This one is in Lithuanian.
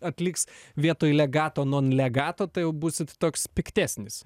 atliks vietoj legato non legato tai jau būsit toks piktesnis